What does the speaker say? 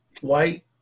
white